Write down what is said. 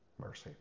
mercy